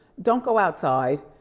don't go outside.